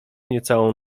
niecałą